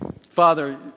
Father